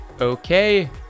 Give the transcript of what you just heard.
Okay